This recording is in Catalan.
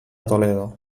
toledo